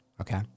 Okay